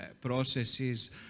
processes